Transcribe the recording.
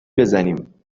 بزنیم